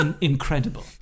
incredible